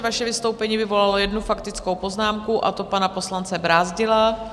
Vaše vystoupení vyvolalo jednu faktickou poznámku, a to pana poslance Brázdila.